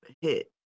hit